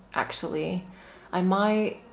actually i might